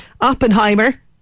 Oppenheimer